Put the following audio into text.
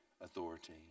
authority